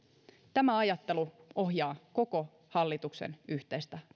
tämä ajattelu ohjaa koko hallituksen yhteistä